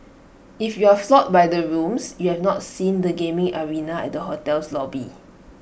if you're floored by the rooms you have not seen the gaming arena at the hotel's lobby